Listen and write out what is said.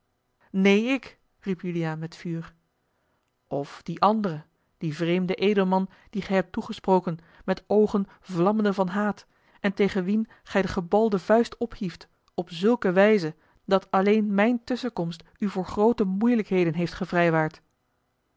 neen ik riep juliaan met vuur of dien anderen dien vreemden edelman dien gij hebt toegesproken met oogen vlammende van haat en tegen wien gij de gebalde vuist ophieft op zulke wijze dat alleen mijne tusschenkomst u voor groote moeielijkheden heeft